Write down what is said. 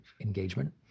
engagement